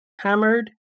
hammered